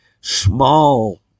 small